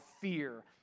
fear